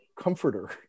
comforter